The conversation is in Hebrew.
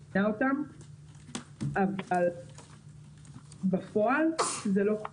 אני מבינה אותם, אבל בפועל זה לא כך.